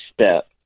step